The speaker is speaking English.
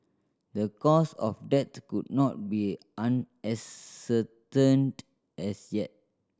the cause of death could not be ascertained as yet